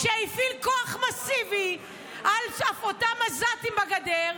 שהפעיל כוח מאסיבי על אותם עזתים בגדר.